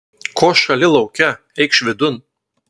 ko šąli lauke eikš vidun